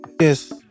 Yes